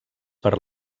per